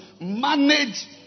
manage